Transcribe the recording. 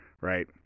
right